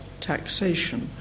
taxation